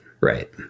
right